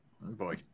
boy